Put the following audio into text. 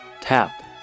Tap